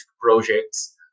projects